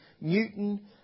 Newton